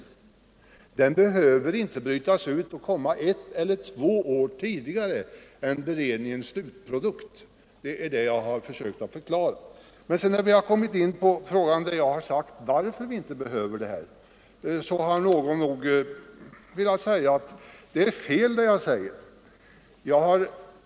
De här reglerna behöver inte brytas ut och omarbetas ett eller två år innan beredningens slutprodukt läggs fram. Det är det jag har försökt förklara. Men när vi sedan kommit in på frågan varför de här reglerna inte behöver brytas ut har någon anfört att jag har fel.